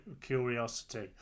curiosity